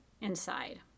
inside